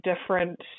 different